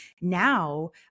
Now